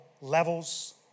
levels